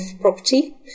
property